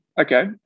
Okay